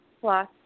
plus